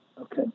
Okay